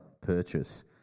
purchase